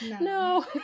no